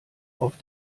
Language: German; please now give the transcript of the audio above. auf